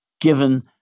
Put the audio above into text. given